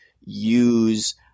use